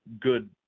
good